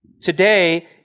Today